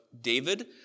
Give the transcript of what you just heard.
David